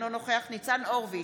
אינו נוכח ניצן הורוביץ,